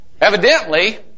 Evidently